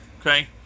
Okay